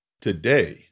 Today